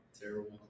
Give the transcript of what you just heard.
Terrible